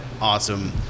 awesome